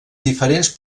diferents